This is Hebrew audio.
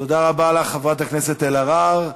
תודה רבה לך, חברת הכנסת אלהרר.